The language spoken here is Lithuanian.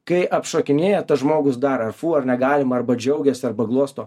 kai apšokinėja tas žmogus daro ar fu ar negalima arba džiaugiasi arba glosto